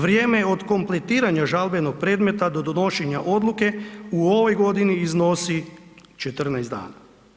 Vrijeme je od kompletiranja žalbenog predmeta do donošenja odluke u ovoj godini iznosi 14 dana.